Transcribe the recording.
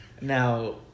Now